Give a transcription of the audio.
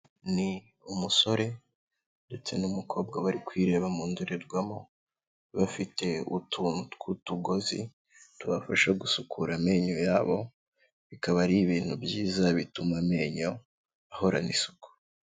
Ni umusore ndetse n'umukobwa bari kwireba mu ndorerwamo, bafite utuntu tw'utugozi tubafasha gusukura amenyo yabo, bikaba ari ibintu byiza bituma amenyo ahorana isuku.